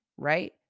right